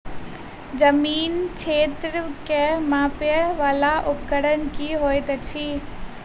जमीन क्षेत्र केँ मापय वला उपकरण की होइत अछि?